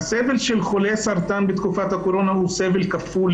הסבל של חולי סרטן בתקופת הקורונה הוא סבל כפול,